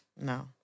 No